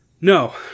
No